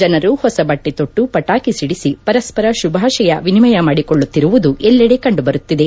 ಜನರು ಹೊಸ ಬಟ್ಟೆ ತೊಟ್ಟು ಪಟಾಕಿ ಸಿದಿಸಿ ಪರಸ್ಪರ ಶುಭಾಶಯ ವಿನಿಮಯ ಮಾಡಿಕೊಳ್ಳುತ್ತಿರುವುದು ಎಲ್ಲೆಡೆ ಕಂಡುಬರುತ್ತಿದೆ